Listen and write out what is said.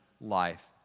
life